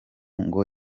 ngo